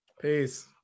peace